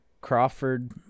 Crawford